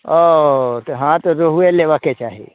ओ हँ तऽ रोहुए लेबैके चाही